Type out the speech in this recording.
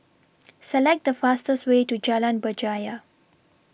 Select The fastest Way to Jalan Berjaya